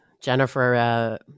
Jennifer